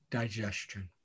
digestion